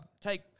Take